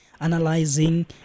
analyzing